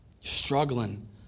struggling